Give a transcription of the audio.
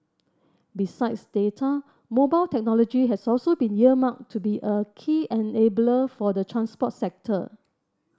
besides data mobile technology has also been earmarked to be a key enabler for the transport sector